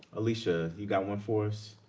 alicia, you got one for us?